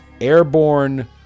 airborne